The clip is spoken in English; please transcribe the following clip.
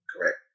correct